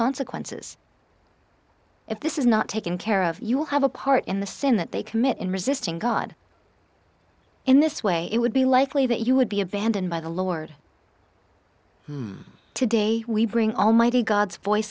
consequences if this is not taken care of you will have a part in the sin that they commit in resisting god in this way it would be likely that you would be abandoned by the lord today we bring almighty god's voice